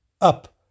Up